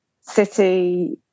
City